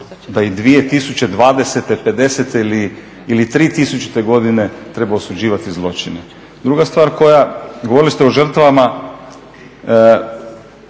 da i 2020., 50.-te ili 3000.godine treba osuđivati zločine. Druga stvar koja govorili ste o žrtvama,